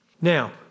Now